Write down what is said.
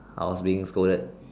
I was being scolded